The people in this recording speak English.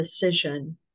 decision